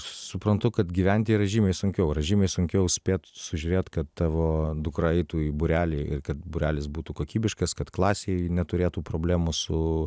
suprantu kad gyventi yra žymiai sunkiau yra žymiai sunkiau spėt sužiūrėt kad tavo dukra eitų į būrelį ir kad būrelis būtų kokybiškas kad klasėj neturėtų problemų su